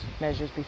measures